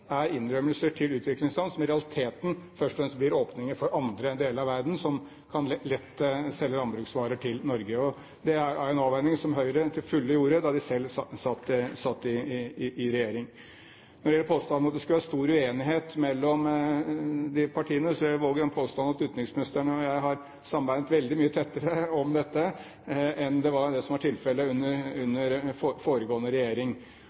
fremst gir åpninger for andre deler av verden som lett kan selge landbruksvarer til Norge. Det er en avveining som Høyre til fulle gjorde da de selv satt i regjering. Når det gjelder påstanden om at det skulle være stor uenighet mellom de rød-grønne partiene, vil jeg våge den påstanden at utenriksministeren og jeg har samarbeidet veldig mye tettere om dette enn det man gjorde under foregående regjering. Jeg røper ingen statshemmelighet når jeg sier at det ikke var Høyre som var pådriveren for de høye utviklingsbudsjettene under